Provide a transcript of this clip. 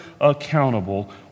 accountable